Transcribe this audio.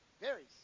varies